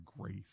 grace